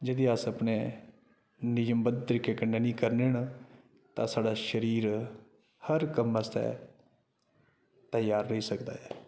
यदि अस अपने नियमबद्ध तरीके कन्नै निं करने न तां साढ़ा शरीर हर कम्म आस्तै त्यार रेही सकदा ऐ